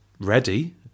ready